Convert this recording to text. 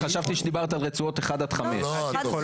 חשבתי שדיברת על רצועות 1 עד 5. 1 עד